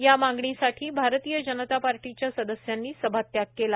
या मागणीसाठी भारतीय जनता पक्षाच्या सदस्यांनी सभात्याग केला